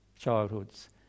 childhoods